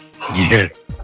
Yes